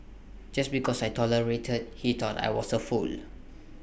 just because I tolerated he thought I was A fool